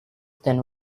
than